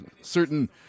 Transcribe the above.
certain